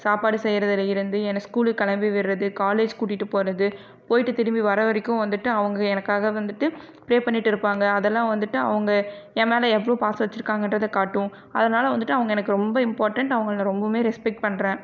சாப்பாடு செய்கிறதுல இருந்து என்னை ஸ்கூலுக்கு கிளப்பி விடுறது காலேஜ் கூட்டிகிட்டுப் போகிறது போய்விட்டு திரும்பி வர்ற வரைக்கும் வந்துட்டு அவங்க எனக்காக வந்துட்டு பிரே பண்ணிகிட்டு இருப்பாங்க அதெல்லாம் வந்துட்டு அவங்க என் மேல் எவ்வளோ பாசம் வச்சுருக்காங்கன்றத காட்டும் அதனால் வந்துட்டு அவங்க எனக்கு ரொம்ப இம்பார்ட்டண்ட் அவங்கள நான் ரொம்பவுமே ரெஸ்பெக்ட் பண்ணுறேன்